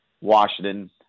Washington